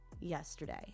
yesterday